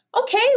okay